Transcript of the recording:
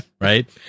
right